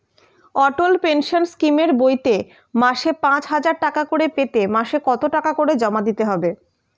অটল pension স্কিমের বইতে মাসে পাঁচ হাজার টাকা করে পেতে মাসে কত টাকা করে জমা দিতে হবে?